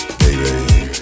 baby